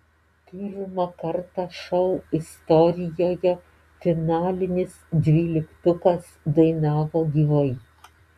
pirmą kartą šou istorijoje finalinis dvyliktukas dainavo gyvai